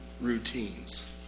routines